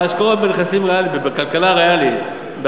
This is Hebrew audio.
ההשקעות בנכסים ריאליים ובכלכלה ריאלית,